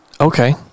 Okay